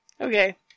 Okay